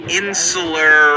insular